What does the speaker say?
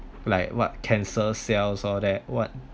like what cancer cells all that what